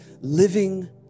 living